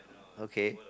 okay